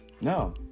No